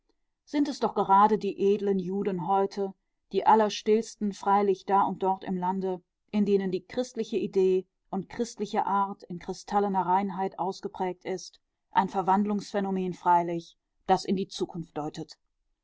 sind es doch gerade die edlen juden heute die allerstillsten freilich da und dort im lande in denen die christliche idee und christliche art in kristallener reinheit ausgeprägt ist ein verwandlungsphänomen freilich das in die zukunft deutet